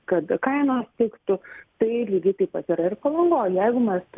kad kainos tiktų tai ir lygiai taip pat yra ir palangoj jeigu mes turime